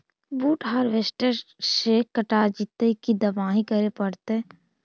बुट हारबेसटर से कटा जितै कि दमाहि करे पडतै?